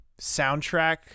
soundtrack